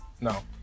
No